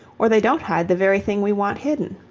or they don't hide the very thing we want hidden.